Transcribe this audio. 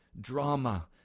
drama